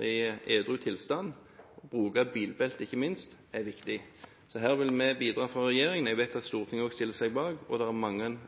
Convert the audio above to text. i edru tilstand og bruke bilbelte, ikke minst, er viktig. Så her vil vi bidra fra regjeringens side, jeg vet at Stortinget også stiller seg bak, og det er mange